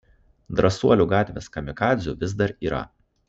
drąsuolių gatvės kamikadzių vis dar yra